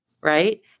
right